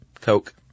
Coke